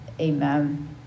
amen